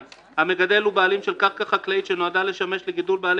המגדל הוא בעלים של קרקע חקלאית שנועדה לשמש לגידול בעלי